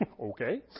Okay